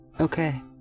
okay